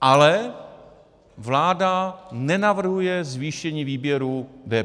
Ale vláda nenavrhuje zvýšení výběru DPH.